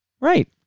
Right